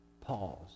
Pause